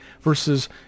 versus